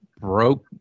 broke